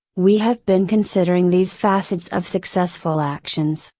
we have been considering these facets of successful actions,